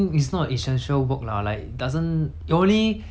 create extra income for the government